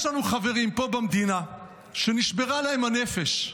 יש לנו חברים פה במדינה שנשברה להם הנפש,